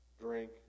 drink